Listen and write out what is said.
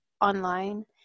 online